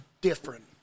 different